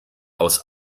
aus